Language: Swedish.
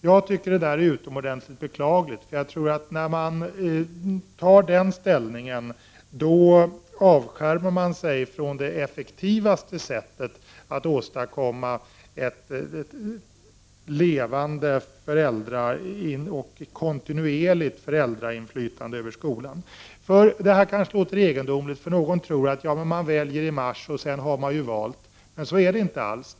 Jag tycker att detta är utomordentligt beklagligt, för jag tror att när man har den inställningen, avskärmar man sig från det effektivaste sättet att åstadkomma ett levande och kontinuerligt föräldrainflytande över skolan. Det här kanske låter egendomligt. Någon tror att man väljer i mars, och så har man ju valt. Men så är det inte alls.